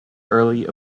early